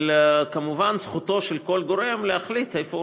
אבל כמובן זכותו של כל גורם להחליט איפה הוא